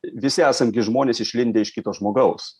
visi esantys žmonės išlindę iš kito žmogaus